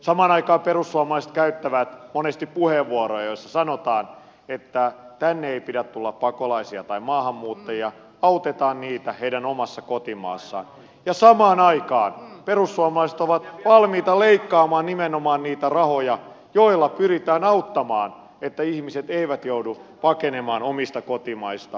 samaan aikaan kun perussuomalaiset käyttävät monesti puheenvuoroja joissa sanotaan että tänne ei pidä tulla pakolaisia tai maahanmuuttajia autetaan heitä heidän omassa kotimaassaan niin samaan aikaan perussuomalaiset ovat valmiita leikkaamaan nimenomaan niitä rahoja joilla pyritään auttamaan että ihmiset eivät joudu pakenemaan omista kotimaistaan